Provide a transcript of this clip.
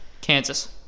Kansas